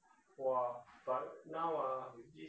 !wah! but now ah this